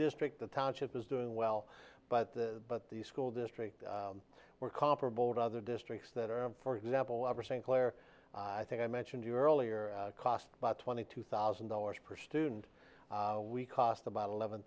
district the township is doing well but but the school district were comparable with other districts that are for example over st clair i think i mentioned earlier cost about twenty two thousand dollars per student we cost about eleven